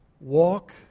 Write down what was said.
walk